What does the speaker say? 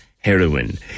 Heroin